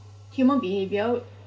human behaviour